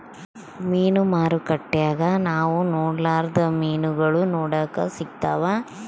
ಮೀನು ಮಾರುಕಟ್ಟೆಗ ನಾವು ನೊಡರ್ಲಾದ ಮೀನುಗಳು ನೋಡಕ ಸಿಕ್ತವಾ